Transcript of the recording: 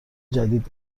جدید